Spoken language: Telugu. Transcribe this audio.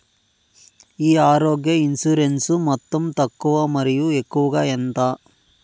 ఈ ఆరోగ్య ఇన్సూరెన్సు మొత్తం తక్కువ మరియు ఎక్కువగా ఎంత?